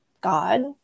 God